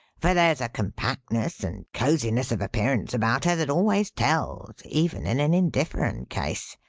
for there's a compactness and cosiness of appearance about her that always tells, even in an indifferent case.